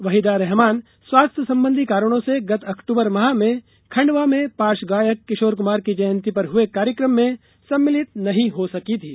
वहीदा रहमान स्वास्थ्य संबंधी कारणों से गत अक्टूबर माह में खंडवा में पार्शव गायक किशोर कुमार की जयंती पर हुए कार्यक्रम में सम्मिलित नहीं हो सकी थीं